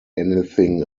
anything